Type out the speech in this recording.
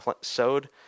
sowed